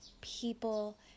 people